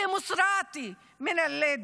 עלי מוסראתי מלוד,